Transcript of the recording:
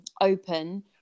open